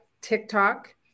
TikTok